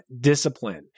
discipline